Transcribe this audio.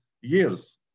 years